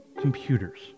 computers